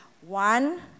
one